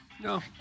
No